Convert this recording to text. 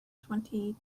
twenty